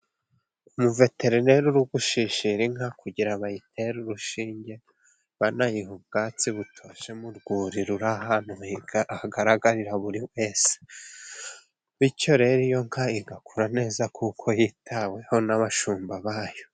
Umuveterineri uri gushishira inka kugira bayitere urushinge banayiha ubwatsi butoshye mu rwuri ruri ahantu hagaragarira buri wese. Bityo rero iyo nka igakura neza kuko yitaweho n'abashumba bayo.